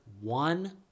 one